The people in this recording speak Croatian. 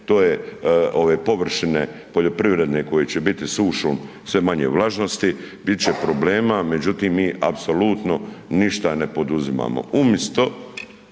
to je ove površine poljoprivredne koje će biti sušom sve manje vlažnosti, bit će problema, međutim, mi apsolutno ništa ne poduzimamo.